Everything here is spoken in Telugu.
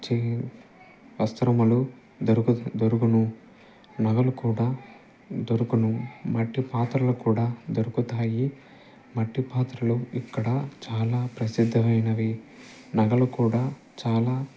చే వస్త్రములు దొరుకు దొరుకును నగలు కూడా దొరుకును మట్టి పాత్రలు కూడా దొరుకుతాయి మట్టి పాత్రలు ఇక్కడ చాలా ప్రసిద్ధమైనవి నగలు కూడా చాలా